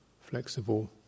flexible